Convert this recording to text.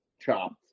chopped